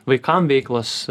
vaikam veiklos